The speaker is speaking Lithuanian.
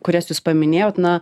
kurias jūs paminėjot na